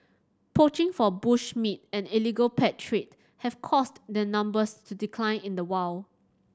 poaching for bush meat and illegal pet trade have caused their numbers to decline in the wild